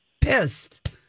pissed